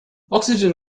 oxygen